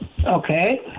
Okay